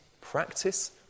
Practice